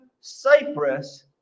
Cyprus